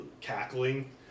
cackling